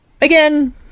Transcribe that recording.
Again